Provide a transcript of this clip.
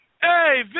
hey